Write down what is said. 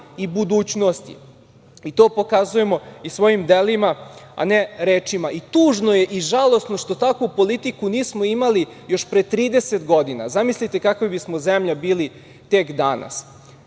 i budućnosti i to pokazujemo i svojim delima, a ne rečima i tužno je i žalosno što takvu politiku nismo imali još pre 30 godina. Zamislite kakva bismo zemlja bili tek danas.